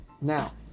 Now